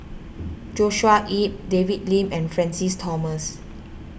Joshua Ip David Lim and Francis Thomas